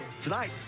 Tonight